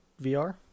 VR